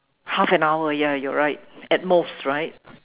half an hour ya you're right at most right